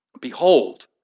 Behold